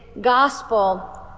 gospel